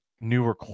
newer